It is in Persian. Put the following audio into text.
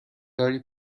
داری